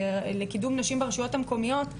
לקידום נשים ברשויות מקומיות,